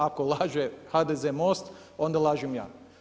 Ako laže HDZ-e Most, onda lažem ja.